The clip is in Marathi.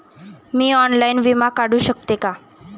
मी ऑनलाइन विमा काढू शकते का?